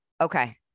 okay